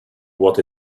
what